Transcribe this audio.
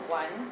one